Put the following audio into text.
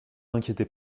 inquiétez